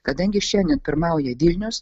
kadangi šiandien pirmauja vilnius